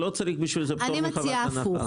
לא צריך בשביל זה פטור מחובת הנחה.